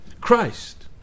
Christ